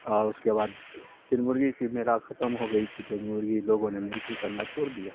اور اس کے بعد پھر مرغی کی میلہ ختم ہو گئی تھی تو مرگی لوگوں نے مرغی کرنا چھوڑ دیا